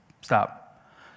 Stop